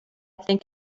think